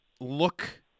look